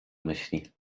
myśli